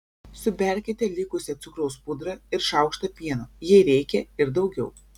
suberkite likusią cukraus pudrą ir šaukštą pieno jei reikia ir daugiau